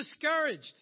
discouraged